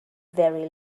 very